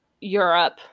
Europe